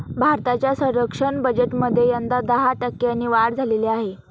भारताच्या संरक्षण बजेटमध्ये यंदा दहा टक्क्यांनी वाढ झालेली आहे